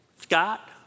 Scott